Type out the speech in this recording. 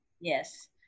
Yes